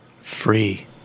free